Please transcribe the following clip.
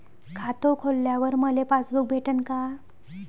खातं खोलल्यावर मले पासबुक भेटन का?